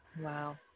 Wow